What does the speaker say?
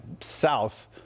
south